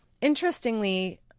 Interestingly